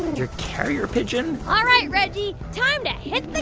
your carrier pigeon? all right, reggie, time to hit the